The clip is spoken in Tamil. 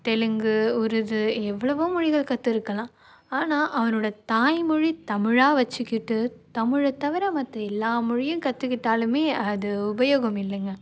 தெலுங்கு உருது எவ்வளவோ மொழிகள் கற்றுருக்கலாம் ஆனால் அவனோடய தாய்மொழி தமிழாக வச்சுக்கிட்டு தமிழைத் தவிர மற்ற எல்லா மொழியும் கற்றுக்கிட்டாலுமே அது உபயோகம் இல்லைங்க